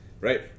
right